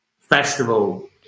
festival